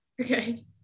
Okay